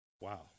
Wow